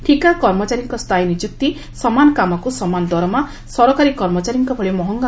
ଠିକା କର୍ମଚାରୀଙ୍କ ସ୍ତାୟୀ ନିଯୁକ୍ତି ସମାନ କାମକୁ ସମାନ ଦରମା ସରକାରୀ କର୍ମଚାରୀଙ୍କ ଭଳି ମହଙ୍ଗ